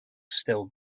still